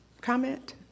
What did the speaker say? Comment